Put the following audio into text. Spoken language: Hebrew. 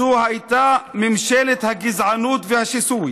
זו הייתה ממשלת הגזענות והשיסוי: